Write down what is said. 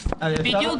אדוני